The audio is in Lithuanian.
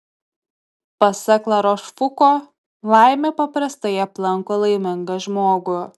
pasak larošfuko laimė paprastai aplanko laimingą žmogų